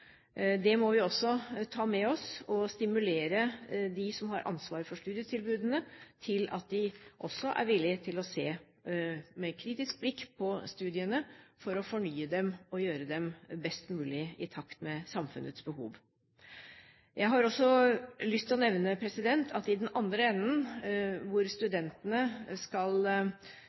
Det må vi også ta med oss og stimulere dem som har ansvaret for studietilbudene, slik at de er villig til å se med kritisk blikk på studiene for å fornye dem og gjøre dem best mulig, i takt med samfunnets behov. Jeg har også lyst til å nevne at vi i den andre enden, for at studentene skal